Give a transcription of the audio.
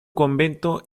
convento